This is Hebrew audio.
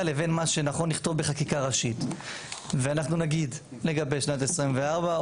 לבין מה שנכון לכתוב בחקיקה ראשית ואנחנו נגיד לגבי שנת 24',